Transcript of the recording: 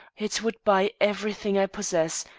it would buy everything i possess,